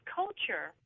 culture